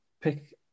pick